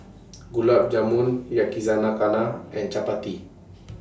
Gulab Jamun and Chapati